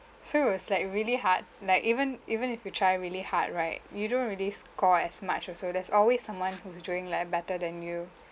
so it was like really hard like even even if you try really hard right you don't really score as much also there's always someone who's doing like better than you